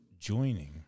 Joining